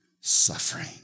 suffering